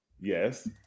Yes